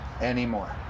anymore